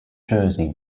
jersey